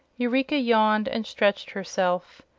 eureka yawned and stretched herself.